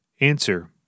Answer